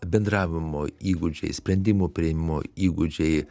bendravimo įgūdžiai sprendimų priėmimo įgūdžiai